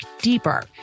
deeper